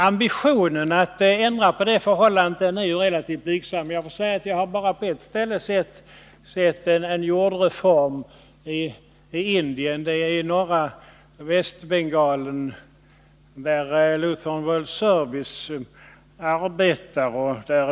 Ambitionen att ändra på det förhållandet är relativt blygsam. Bara på ett ställe har jag sett en jordreform genomförd. Det var i norra Västbengalen i Indien, där Lutheran world service arbetar.